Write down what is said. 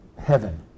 heaven